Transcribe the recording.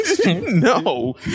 No